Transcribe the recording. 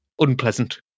unpleasant